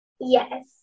Yes